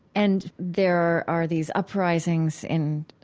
and there are these uprisings in